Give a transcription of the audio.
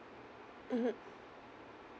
mmhmm